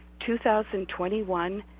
2021